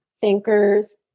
thinkers